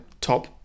top